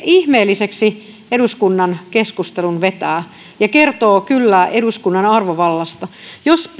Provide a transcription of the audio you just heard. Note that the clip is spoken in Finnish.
ihmeelliseksi eduskunnan keskustelun vetää ja kertoo kyllä eduskunnan arvovallasta jos